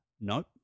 Nope